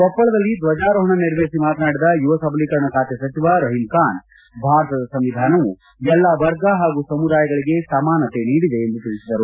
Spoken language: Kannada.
ಕೊಪ್ಪಳದಲ್ಲಿ ರ್ವಜಾರೋಪಣ ನೆರವೇರಿಸಿ ಮಾತನಾಡಿದ ಯುವ ಸಬಲೀಕರಣ ಖಾತೆ ಸಚಿವ ರಹೀಮ್ ಖಾನ್ ಭಾರತದ ಸಂವಿಧಾನವು ಎಲ್ಲ ವರ್ಗ ಹಾಗೂ ಸಮುದಾಯಗಳಿಗೆ ಸಮಾನತೆ ನೀಡಿದೆ ಎಂದು ತಿಳಿಸಿದರು